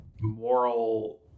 moral